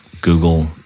Google